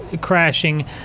crashing